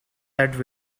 that